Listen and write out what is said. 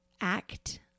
act